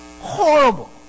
horrible